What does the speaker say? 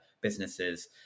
businesses